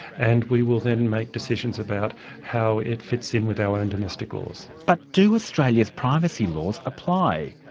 and we will then make decisions about how it fits in with our own domestic laws. but do australia's privacy laws apply?